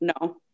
No